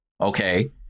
okay